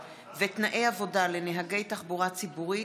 פ/661/22: הצעת חוק שכר ותנאי עבודה לנהגי תחבורה ציבורית,